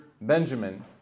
Benjamin